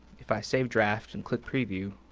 if i save draft and click preview,